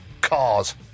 Cars